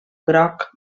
groc